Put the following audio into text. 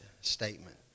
statement